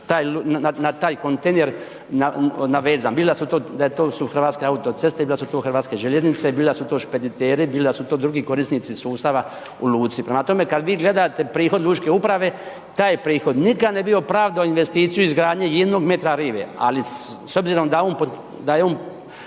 na taj kontejner navezan, bila su to, da je to su Hrvatske autoceste i da su to Hrvatske željeznice, bila su to špediteri, bila su to drugi korisnici sustava u luci. Prema tome, kada vi gledate prihod lučke uprave, taj prihod nikad ne bi opravdao investiciju izgradnje jednog metra rive, ali s obzirom da je on